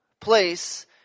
place